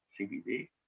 cbd